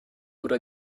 oder